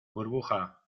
burbuja